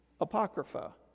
Apocrypha